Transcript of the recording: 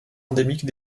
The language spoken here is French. endémique